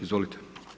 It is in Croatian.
Izvolite.